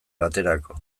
baterako